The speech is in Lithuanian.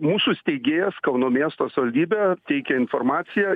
mūsų steigėjas kauno miesto savivaldybė teikia informaciją